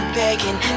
begging